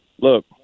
look